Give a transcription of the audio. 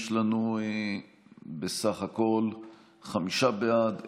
יש לנו בסך הכול חמישה בעד,